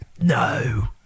no